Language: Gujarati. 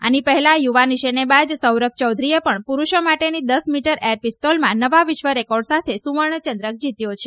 આની પહેલા યુવા નિશાનેબાજ સૌરભ ચૌધરીએ પણ પુરૂષો માટેની દસ મીટર એર પિસ્તોલમાં નવા વિશ્વ રેકોર્ડ સાથે સુવર્ણચંદ્રક જીત્યો છે